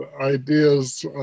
ideas